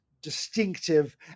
distinctive